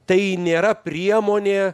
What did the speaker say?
tai nėra priemonė